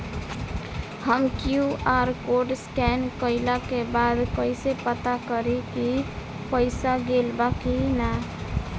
हम QR code scan कइला के बाद कइसे पता करि की पईसा गेल बा की न?